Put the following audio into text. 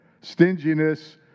Stinginess